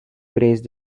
praised